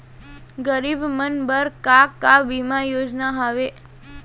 गरीब मन बर का का बीमा योजना हावे?